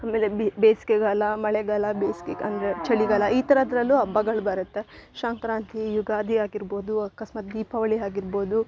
ಅಮೇಲೆ ಬೇಸಿಗೆಗಾಲ ಮಳೆಗಾಲ ಬೇಸಿಗೆ ಅಂದರೆ ಚಳಿಗಾಲ ಈ ಥರದ್ರಲ್ಲೂ ಹಬ್ಬಗಳ್ ಬರುತ್ತೆ ಸಂಕ್ರಾಂತಿ ಯುಗಾದಿ ಆಗಿರ್ಬೋದು ಅಕಸ್ಮಾತ್ ದೀಪಾವಳಿ ಆಗಿರ್ಬೌದು